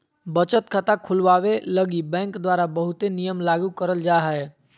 बचत खाता खुलवावे लगी बैंक द्वारा बहुते नियम लागू करल जा हय